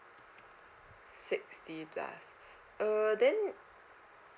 sixty plus err then